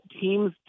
team's